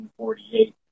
1948